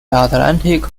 atlantic